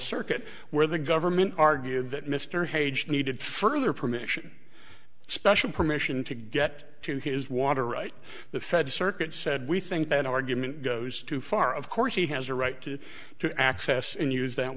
circuit where the government argued that mr hage needed further permission special permission to get to his water right the fed circuit said we think that argument goes too far of course he has a right to to access and use that